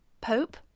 Pope